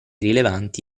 rilevanti